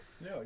No